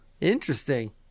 Interesting